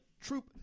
troop